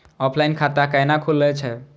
Offline खाता कैना खुलै छै?